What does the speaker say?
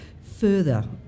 further